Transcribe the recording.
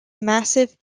massive